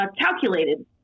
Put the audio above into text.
calculated